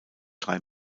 drei